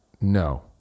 No